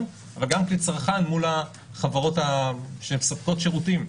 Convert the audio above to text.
אבל גם כצרכן מול החברות שמספקות שירותים,